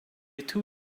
two